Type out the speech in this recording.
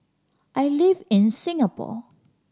I live in Singapore